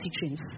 teachings